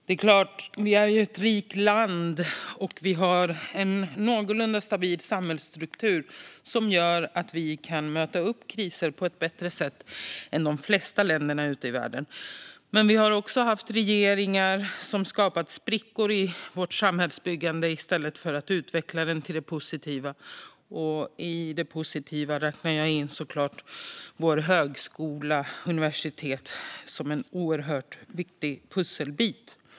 Det är klart att vi är ett rikt land och har en någorlunda stabil samhällsstruktur som gör att vi kan möta upp kriser på ett bättre sätt än de flesta länder ute i världen. Men vi har också haft regeringar som skapat sprickor i vårt samhällsbyggande i stället för att utveckla det positiva, och i det positiva räknar jag såklart in våra högskolor och universitet som en oerhört viktig pusselbit.